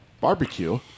Barbecue